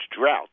drought